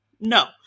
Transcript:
No